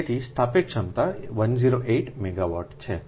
તેથી સ્થાપિત ક્ષમતા 108 મેગાવોટ છે